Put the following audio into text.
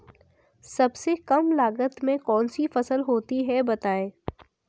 सबसे कम लागत में कौन सी फसल होती है बताएँ?